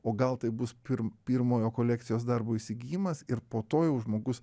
o gal tai bus pirm pirmojo kolekcijos darbo įsigijimas ir po to jau žmogus